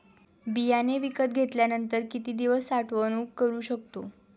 बियाणे विकत घेतल्यानंतर किती दिवस साठवणूक करू शकतो?